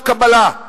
הוועדה או את החוק?